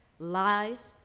lies,